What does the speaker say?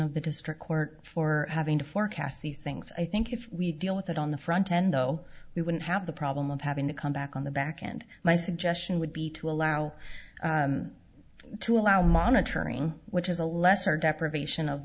of the district court for having to forecast these things i think if we deal with it on the front end though we wouldn't have the problem of having to come back on the back and my suggestion would be to allow him to allow monitoring which is a lesser deprivation of